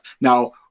Now